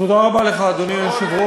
תודה רבה לך, אדוני היושב-ראש.